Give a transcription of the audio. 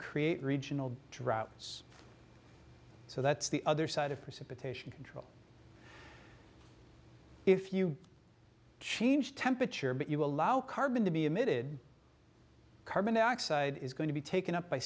create regional droughts so that's the other side of precipitation control if you change temperature but you allow carbon to be emitted carbon dioxide is going to be taken up by